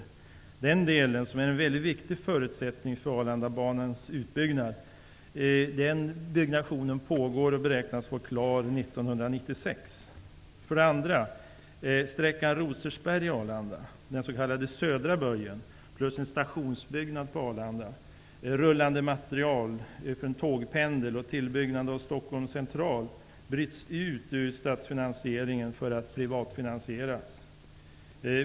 Byggnationen av den delen, som är en mycket viktig förutsättning för Arlandabanans utbyggnad, pågår och beräknas vara klar 1996. Arlanda, rullande materiel, en tågpendel och en tillbyggnad av Stockholms central bryts ut ur statsfinansieringen för att privatfinansieras.